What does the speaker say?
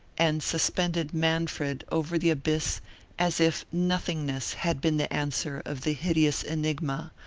and suspended manfred over the abyss as if nothingness had been the answer of the hideous enigma,